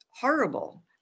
horrible